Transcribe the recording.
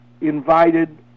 invited